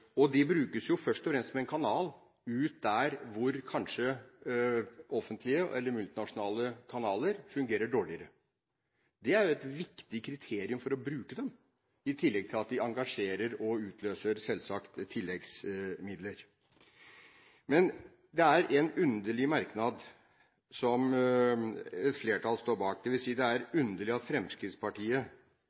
og de brukes først og fremst som en kanal ut der hvor offentlige eller multinasjonale kanaler kanskje fungerer dårligere. Det er et viktig kriterium for å bruke dem, i tillegg til at de engasjerer og selvsagt utløser tilleggsmidler. Men det er en underlig merknad som et flertall står bak – dvs. det er underlig at Fremskrittspartiet